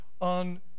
on